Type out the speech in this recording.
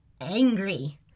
angry